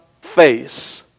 face